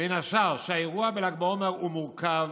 בין השאר שהאירוע בל"ג בעומר הוא מורכב